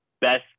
best